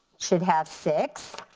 should have six.